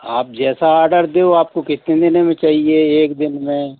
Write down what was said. आप जैसा आडर दो आपको कितने दिनों में चाहिए एक दिन में